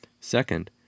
Second